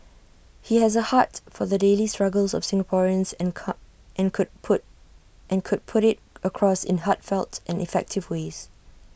he has A heart for the daily struggles of Singaporeans and car and could put and could put IT across in heartfelt and effective ways